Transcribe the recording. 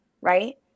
right